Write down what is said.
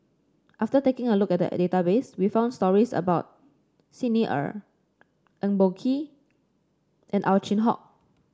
after taking a look at the a database we found stories about Xi Ni Er Eng Boh Kee and Ow Chin Hock